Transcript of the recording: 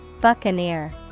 Buccaneer